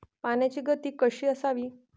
पाण्याची गती कशी असावी?